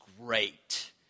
Great